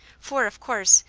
for, of course,